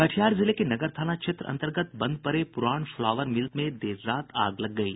कटिहार जिले के नगर थाना क्षेत्र अंतर्गत बंद पड़े पुराण फ्लावर मिल में देर रात आग लग गयी